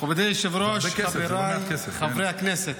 מכובדי היושב-ראש, חבריי חברי הכנסת.